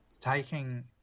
taking